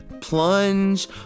plunge